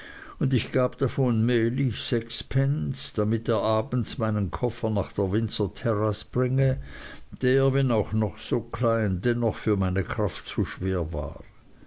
und ich gab davon mehlig sechs pence damit er abends meinen koffer nach der windsor terrasse bringe der wenn auch noch so klein dennoch für meine kraft zu schwer war